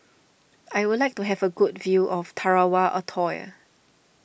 I would like to have a good view of Tarawa Atoll